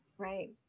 Right